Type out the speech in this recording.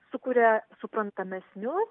sukuria suprantamesnius